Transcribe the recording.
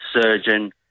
surgeon